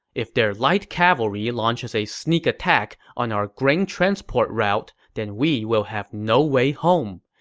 if their light cavalry launches a sneak attack on our grain-transport route, then we will have no way home.